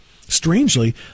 Strangely